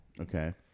Okay